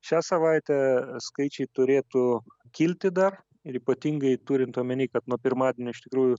šią savaitę skaičiai turėtų kilti dar ir ypatingai turint omeny kad nuo pirmadienio iš tikrųjų